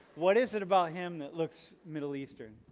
what is it about him that looks middle eastern?